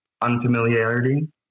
unfamiliarity